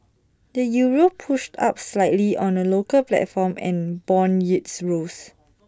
the euro pushed up slightly on the local platform and Bond yields rose